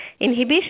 Inhibition